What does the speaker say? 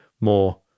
more